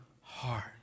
heart